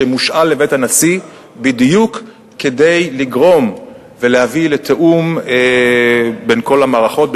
שמושאל לבית הנשיא בדיוק כדי לגרום ולהביא לתיאום בין כל המערכות,